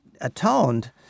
atoned